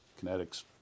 kinetics